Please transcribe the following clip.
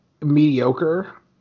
mediocre